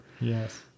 Yes